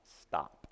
stop